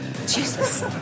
Jesus